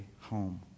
home